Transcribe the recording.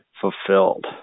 fulfilled